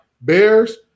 Bears